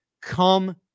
come